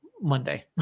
Monday